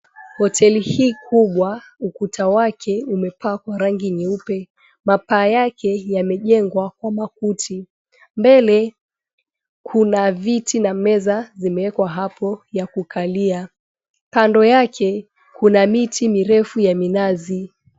Hoteli hii kibwa ukuta wake umepakwa rangi mapaa yake yamejengwa kwa makuti mbele kuna viti na meza zimewekwa hapo yakukalia kando yakekuna miti mirefu ya minazi.